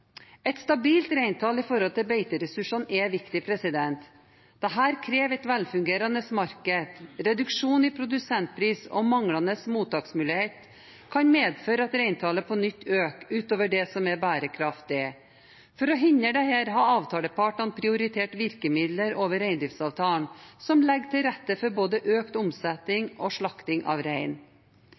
Et stabilt reintall i forhold til beiteressurser er viktig. Dette krever et velfungerende marked. Reduksjon i produsentpris og manglende mottaksmulighet kan medføre at reintallet på nytt øker utover det som er bærekraftig. For å hindre dette har avtalepartene prioritert virkemidler over reindriftsavtalen som legger til rette for både økt omsetning og slakting av rein.